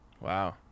Wow